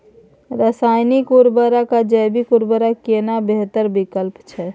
रसायनिक उर्वरक आ जैविक उर्वरक केना बेहतर विकल्प छै?